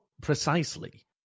precisely